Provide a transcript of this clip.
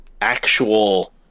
actual